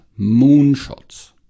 moonshots